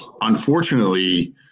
Unfortunately